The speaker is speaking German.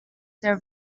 der